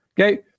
Okay